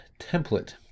template